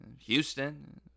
Houston